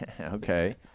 Okay